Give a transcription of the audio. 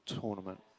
tournament